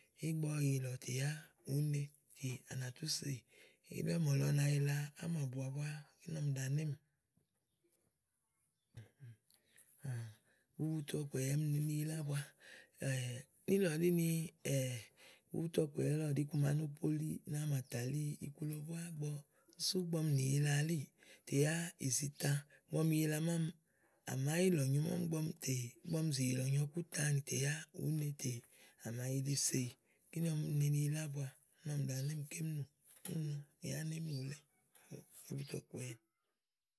ígbɔ ɔwɔ yìlɔ̀ tè yá wèé ne tè à nàtú so ìyì. Elí ɔ̀mɔ̀lɔ na yila ámàbua búá, kíni ɔmi ɖàa nɔémì bubutu ɔ̀kùɛ̀yɛ ɔmi ne ni yila ábua níìlɔ ɖí ni, bubutu ɔ̀kùɛ̀yɛ ɖìi iku ma no poli, na màtàli iku lɔ búá sú ígbɔ ɔmi nì yila elíì yá ìzità. Ígbɔ ɔmi yila nyo mámi, à màá yilɔ̀ nyo mámi tè yá ígbɔ ɔmi zì yìlɔ̀ nyo ɔku útããnì tè yá ùú ne tè à mà yili so ìyì kíni e me ni yila ábua uni ɔmi ɖàa nɔ emì kém nù. ì wàá nɔ émì wúlé bubutu ɔ̀kùɛ̀yɛ.